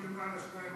מה אמרת עכשיו, עיסאווי?